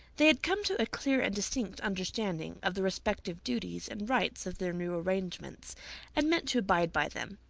they had come to a clear and distinct understanding of the respective duties and rights of their new arrangements and meant to abide by them.